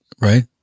Right